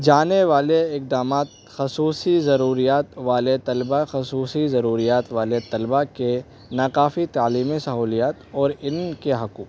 جانے والے اقدامات خصوصی ضروریات والے طلبہ خصوصی ضروریات والے طلبہ کے ناکافی تعلیمی سہولیات اور ان کے حقوق